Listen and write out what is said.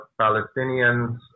Palestinians